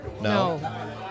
No